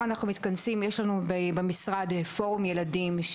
אנחנו מכנסים מחר את פורום ילדים במשרד,